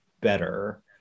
better